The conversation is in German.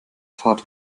fahrt